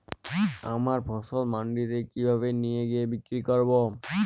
আমার ফসল মান্ডিতে কিভাবে নিয়ে গিয়ে বিক্রি করব?